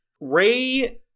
Ray